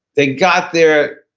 they got their,